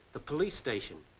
the police station.